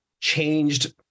changed